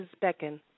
beckon